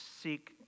seek